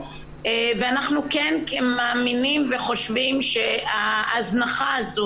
ואנחנו כן מאמינים וחושבים שההזנחה הזו